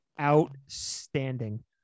outstanding